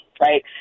right